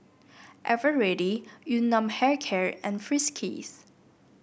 Eveready Yun Nam Hair Care and Friskies